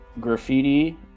Graffiti